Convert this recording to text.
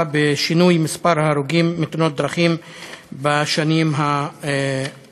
בשינוי במספר ההרוגים בתאונות דרכים בשנים האחרונות.